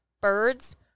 birds